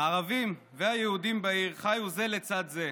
הערבים והיהודים בעיר חיו זה לצד זה,